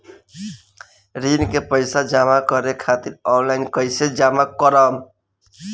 ऋण के पैसा जमा करें खातिर ऑनलाइन कइसे जमा करम?